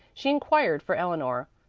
she inquired for eleanor.